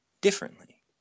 differently